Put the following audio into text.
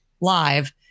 live